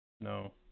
No